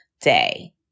day